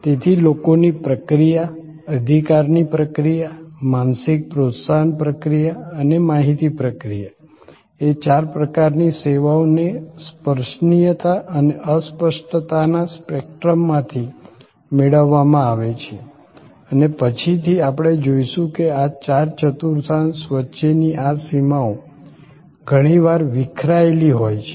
તેથી લોકોની પ્રક્રિયા અધિકારની પ્રક્રિયા માનસિક પ્રોત્સાહન પ્રક્રિયા અને માહિતી પ્રક્રિયા એ ચાર પ્રકારની સેવાઓ ને સ્પર્શનિયતા અને અસ્પષ્ટતાના સ્પેક્ટ્રમમાંથી મેળવવામાં આવે છે અને પછીથી આપણે જોઈશું કે આ ચાર ચતુર્થાંશ વચ્ચેની આ સીમાઓ ઘણીવાર વિખરાયેલી હોય છે